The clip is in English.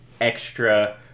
extra